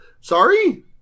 Sorry